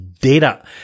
data